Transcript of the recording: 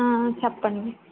చెప్పండి